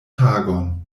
tagon